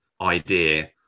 idea